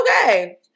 Okay